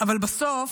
אבל בסוף